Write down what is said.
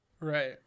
right